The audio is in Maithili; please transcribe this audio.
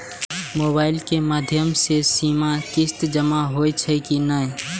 मोबाइल के माध्यम से सीमा किस्त जमा होई छै कि नहिं?